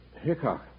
Hickok